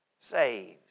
saves